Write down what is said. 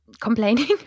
complaining